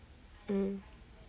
um